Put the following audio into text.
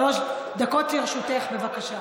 שלוש דקות לרשותך, בבקשה.